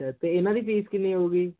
ਤੇ ਇਹਨਾਂ ਦੀ ਫੀਸ ਕਿੰਨੀ ਹੋਊਗੀ